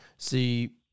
See